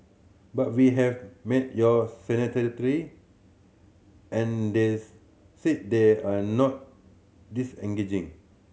but we have met your and they said they are not disengaging